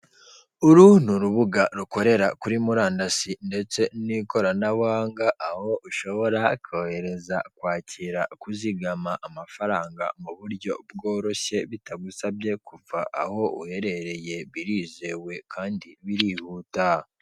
Uru ni urubuga rukorera kuri murandasi ndetse n'ikoranabuhanga, aho ushobora kohereza, kwakira, kuzigama amafaranga mu buryo bworoshye bitagusabye kuva aho uherereye birizewe kandi birihuta.